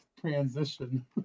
transition